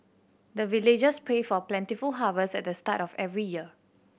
the villagers pray for plentiful harvest at the start of every year